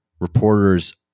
reporters